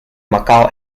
macau